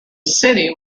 city